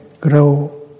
grow